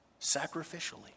sacrificially